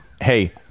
hey